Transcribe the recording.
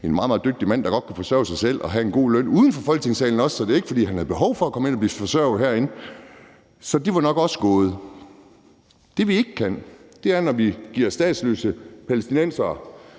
meget dygtig mand, der godt kan forsørge sig selv og have en god løn uden for Folketingssalen. Så det er ikke, fordi han har behov for at komme ind og blive forsørget herinde. Så det var nok også gået. Det, vi ikke kan, når vi giver statsløse palæstinensere